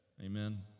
Amen